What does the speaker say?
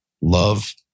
love